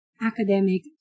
academic